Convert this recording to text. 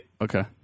okay